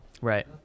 right